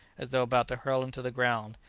as though about to hurl him to the ground,